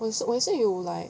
我也是我也是有 like